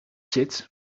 zit